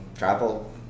Travel